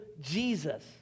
Jesus